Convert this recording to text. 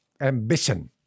ambition